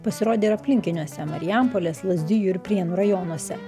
pasirodė ir aplinkiniuose marijampolės lazdijų ir prienų rajonuose